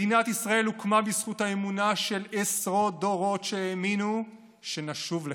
מדינת ישראל הוקמה בזכות האמונה של עשרות דורות שהאמינו שנשוב לכאן,